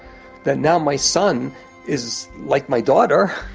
that now my son is like my daughter